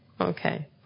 Okay